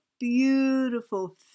Beautiful